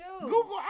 Google